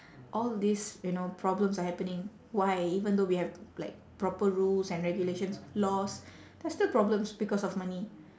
all these you know problems are happening why even though we have like proper rules and regulations laws there are still problems because of money